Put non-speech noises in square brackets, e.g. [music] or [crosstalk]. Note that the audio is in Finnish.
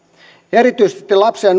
erityisesti lapsen [unintelligible]